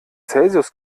celsius